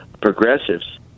progressives